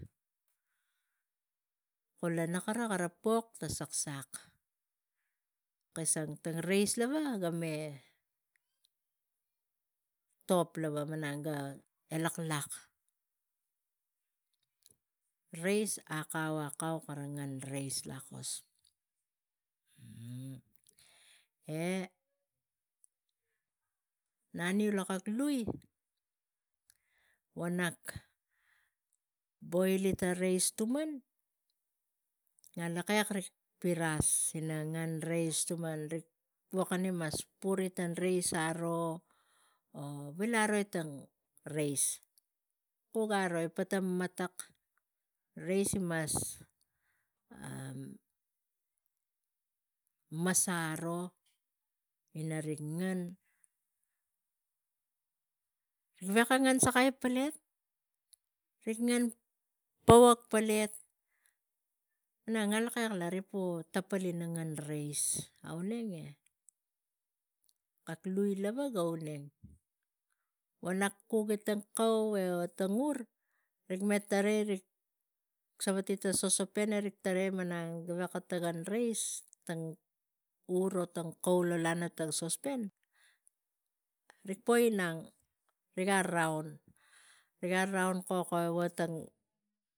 Kula na kara pok saksak kisang tang reis lava ga me top lava malang laklak. Reis akau, akau kara ngen reis lakos e naniu lo kak lui vo nak boili ta reis tuman ngalakek rik piras ina ngen reis, rik vukina mas puri tang reis raro o vilai aro at tong reis. Kuk aroi kula gi matak, reis imas mase aro ina rik ngen. Rik veko kalapang ngen sakai pelet, rik ngen powak pelet la ina ngalakek lava riga po tapal ina ngen reis auneng e kak lui lava ga auneng. Wo nak kuki tang kau o vo tang ur, rik me tarai e rik savati tang sosopen kula rik tarai malang nem veko tokon reis, kak ur vo kau lo lana sosopen rik po inang. Riga raun, riga raun kokoi tang